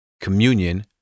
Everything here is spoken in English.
Communion